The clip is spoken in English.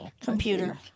computer